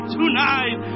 tonight